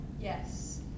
yes